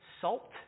salt